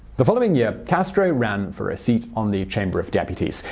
the following year, castro ran for a seat on the chamber of deputies.